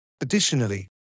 Additionally